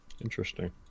interesting